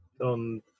on